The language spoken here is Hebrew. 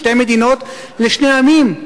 שתי מדינות לשני עמים,